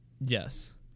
Yes